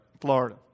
Florida